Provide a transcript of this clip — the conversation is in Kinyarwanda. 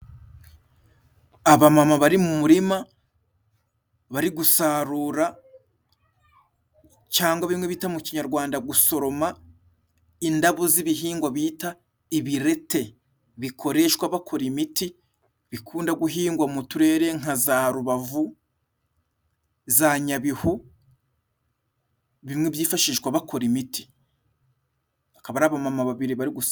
Abamama bari mu murima bari gusarura cangwa bimwe bita mu kinyarwanda gusoroma indabo z'ibihingwa bita ibirete ,bikoreshwa bakora imiti bikunda guhingwa mu turere nka za Rubavu ,za Nyabihu ,bimwe byifashishwa bakora imiti ,akaba ari abamama babiri bari gusarura.